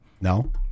No